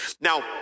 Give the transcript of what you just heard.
Now